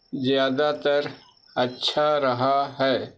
زیادہ تر اچھا رہا ہے